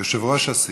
יושב-ראש הסיעה.